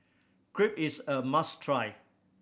crepe is a must try